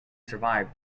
survived